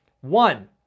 One